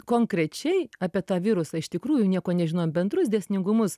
konkrečiai apie tą virusą iš tikrųjų nieko nežinojom bendrus dėsningumus